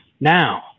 now